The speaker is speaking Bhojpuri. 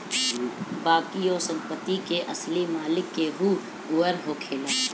बाकी ओ संपत्ति के असली मालिक केहू अउर होखेला